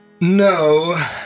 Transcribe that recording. No